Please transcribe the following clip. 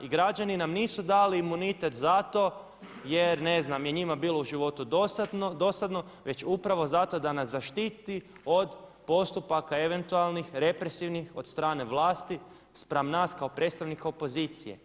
I građani nam nisu dali imunitet zato jer, ne znam je njima bilo u životu dosadno već upravo zato da nas zaštiti od postupaka, eventualnih, represivnih od strane vlasti spram nas kao predstavnika opozicije.